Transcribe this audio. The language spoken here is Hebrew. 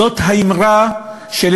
זאת האמרה שאנחנו,